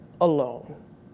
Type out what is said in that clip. alone